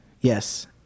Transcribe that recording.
Yes